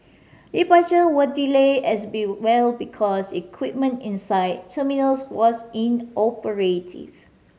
departures were delayed as be well because equipment inside terminals was inoperative